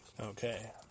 Okay